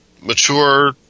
mature